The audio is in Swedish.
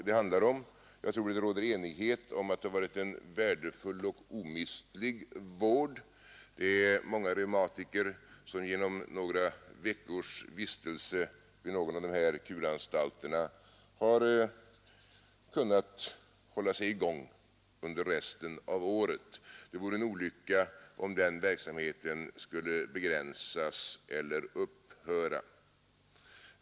Jag tror att det råder enighet om att det varit en värdefull och omistlig vård. Många reumatiker, som haft några veckors vistelse vid någon av dessa kuranstalter, har kunnat hålla sig i gång resten av året. Det vore en olycka om den verksamheten skulle begränsas eller upphöra.